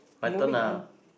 moving on